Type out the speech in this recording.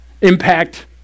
impact